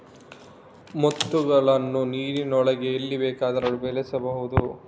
ಮುತ್ತುಗಳನ್ನು ನೀರಿನೊಳಗೆ ಎಲ್ಲಿ ಬೇಕಾದರೂ ಬೆಳೆಸಬಹುದು